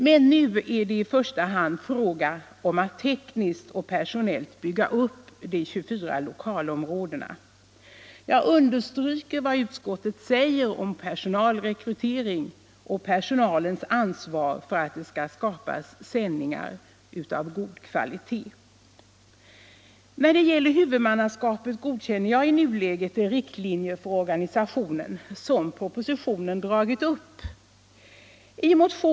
Men nu är det i första hand fråga om att tekniskt och personellt bygga upp de 24 lokalområdena. Jag understryker vad utskottet säger om personalrekryteringen och personalens ansvar för att det skall skapas sändningar av god kvalitet. När det gäller huvudmannaskapet godkänner jag i nuläget de riktlinjer för organisationen som propositionen dragit upp.